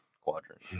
quadrant